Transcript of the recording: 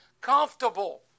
comfortable